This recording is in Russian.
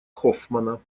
хоффмана